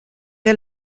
der